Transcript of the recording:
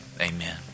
amen